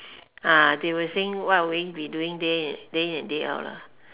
ah they were saying what will we be doing day in day in and day out ah